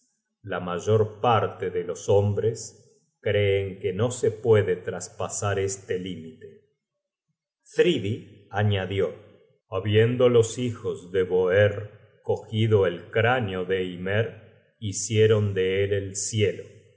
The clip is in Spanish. la mayor parte de los hombres creen que no se puede traspasar este límite thridi añadió habiendo los hijos de boerr cogido el cráneo de ymer hicieron de él el cielo